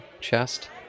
chest